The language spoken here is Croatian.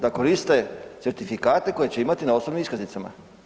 Da koriste certifikate koje će imati na osobnim iskaznicama.